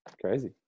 crazy